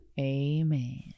amen